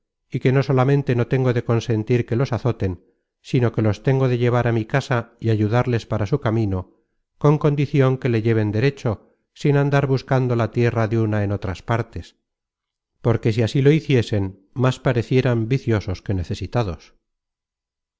y que no solamente no tengo de consentir que los azoten sino que los tengo de llevar á mi casa y ayudarles para su camino con condicion que le lleven derecho sin andar surcando la tierra de una en otras partes porque si así lo hiciesen más parecerian viciosos que necesitados